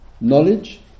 knowledge